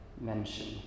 mention